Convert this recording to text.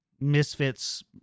Misfits